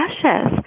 precious